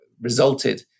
resulted